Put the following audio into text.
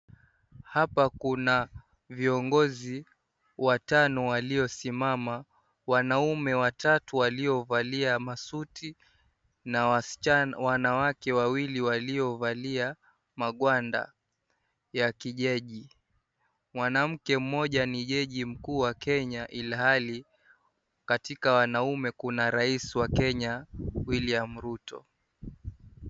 Hapa kuna viongozi watano waliosimama , wanaume watatu waliovalia masuti na wasichana wanawake wawili waliovalia magwanda ya kijaji ,mwanamke mmoja ambaye ni jaji mkuu wa Kenya ilihali katika wanaume kuna raisi wa Kenya William Ruto.